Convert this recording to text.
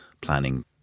planning